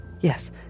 Yes